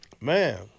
Man